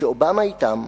שאובמה אתם,